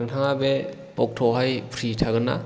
नोंथाङा बे अक्ट' आवहाय फ्रि थागोन ना